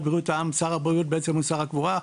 בריאות העם - שר הבריאות הוא שר הקבורה.